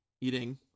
eating